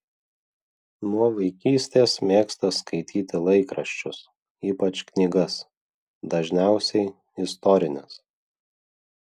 nuo vaikystės mėgsta skaityti laikraščius ypač knygas dažniausiai istorines